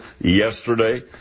yesterday